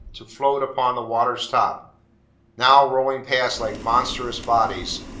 to float upon the water's top now rolling past like monstrous bodies,